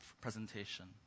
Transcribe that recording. presentation